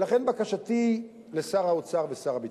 ולכן בקשתי לשר האוצר ושר הביטחון: